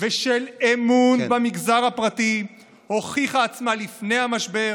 ושל אמון במגזר הפרטי הוכיחה את עצמה לפני המשבר,